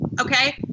Okay